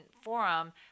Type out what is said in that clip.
forum